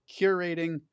curating